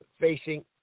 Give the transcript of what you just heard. facing